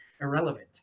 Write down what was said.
irrelevant